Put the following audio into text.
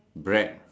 bread